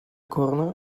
corner